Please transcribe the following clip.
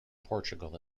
portugal